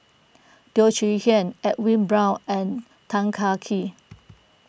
Teo Chee Hean Edwin Brown and Tan Kah Kee